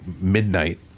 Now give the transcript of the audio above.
midnight